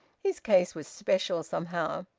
his case was special, somehow.